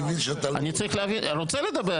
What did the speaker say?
אני מבין שאתה לא --- אני רוצה לדבר,